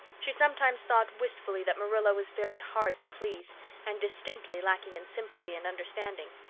she sometimes thought wistfully that marilla was very hard to please and distinctly lacking in sympathy and understanding.